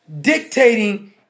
dictating